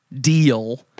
deal